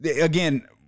again